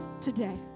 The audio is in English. today